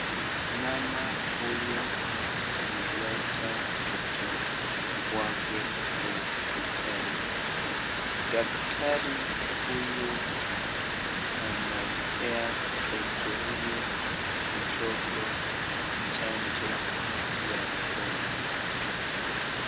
Mama huyu ameleta mtoto wake hosiptali, daktari huyu anampea mtoto huyu mdogo chanjo ya mdomo.